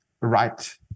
right